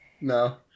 No